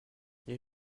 les